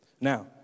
Now